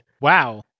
Wow